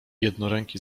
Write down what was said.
jednoręki